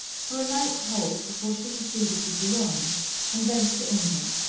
for a night's halt before she proceeded to boulogne and thence to england.